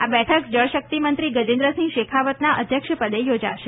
આ બેઠક જળ શક્તિ મંત્રી ગજેન્દ્રસિંહ શેખાવતના અધ્યક્ષ પદે યોજાશે